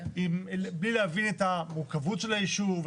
בלי להבין את המורכבות של היישוב,